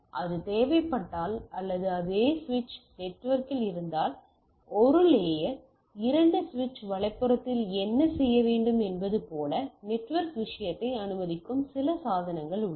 அது தேவைப்பட்டால் அல்லது அது அதே சுவிட்ச் நெட்வொர்க்கில் இருந்தால் ஒரு லேயர் இரண்டு சுவிட்ச் வலதுபுறத்தில் என்ன செய்ய வேண்டும் என்பது போல நெட்வொர்க் விஷயத்தை அனுமதிக்கும் சில சாதனங்கள் உள்ளன